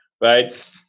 right